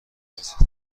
است